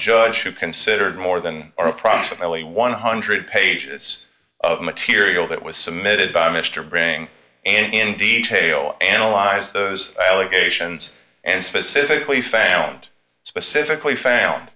judge who considered more than are approximately one hundred pages of material that was submitted by mr bring in detail analyzed those allegations and specifically found specifically found